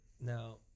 Now